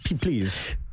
Please